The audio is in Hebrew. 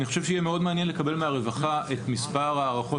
אני חושב שיהיה מאוד מעניין לקבל מהרווחה את מספר הערכות